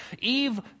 Eve